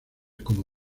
como